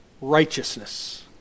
righteousness